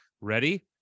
Ready